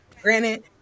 granted